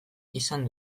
izan